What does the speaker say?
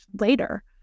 later